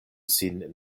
sin